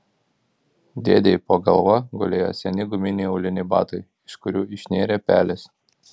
dėdei po galva gulėjo seni guminiai auliniai batai iš kurių išnėrė pelės